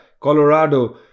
Colorado